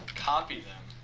copy them